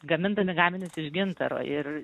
gamindami gaminius iš gintaro ir